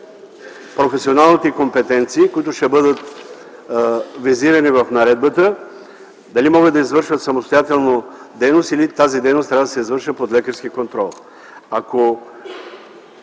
професионалните компетенции, които ще бъдат визирани в наредбата? Дали могат да извършват самостоятелно дейност или тази дейност трябва да се извършва под лекарски контрол?